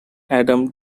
adam